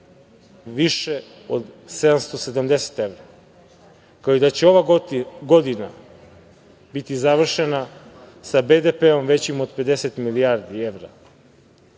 više od 770 evra, kao i da će ova godina biti završena sa BDP-om većim od 50 milijardi evra. Zato